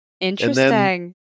interesting